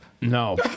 No